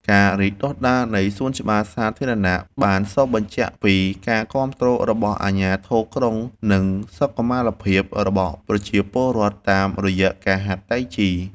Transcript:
ការរីកដុះដាលនៃសួនច្បារសាធារណៈបានសបញ្ជាក់ពីការគាំទ្ររបស់អាជ្ញាធរក្រុង ចំពោះសុខុមាលភាពរបស់ប្រជាពលរដ្ឋតាមរយៈការហាត់តៃជី។